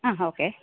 ആ ഓക്കേ